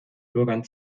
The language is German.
bürgern